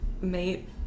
mate